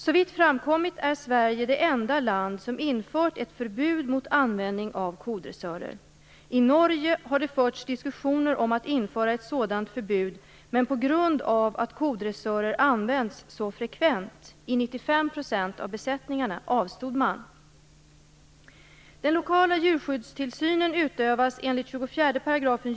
Såvitt framkommit är Sverige det enda land som infört ett förbud mot användning av kodressörer. I Norge har det förts diskussioner om att införa ett sådant förbud, men på grund av att kodressörer används så frekvent - i 95 % av besättningarna - avstod man.